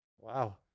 Wow